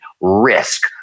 risk